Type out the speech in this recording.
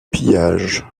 pillages